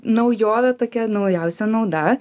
naujovė tokia naujausia nauda